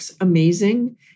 amazing